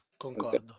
concordo